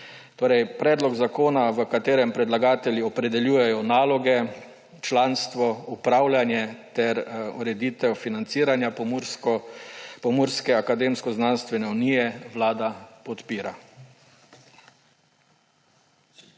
predlog zakona, v katerem predlagatelji opredeljujejo naloge, članstvo, upravljanje ter ureditev financiranja Pomursko akademsko-znanstvene unije Vlada podpira.